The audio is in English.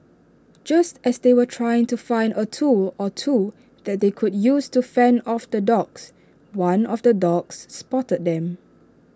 just as they were trying to find A tool or two that they could use to fend off the dogs one of the dogs spotted them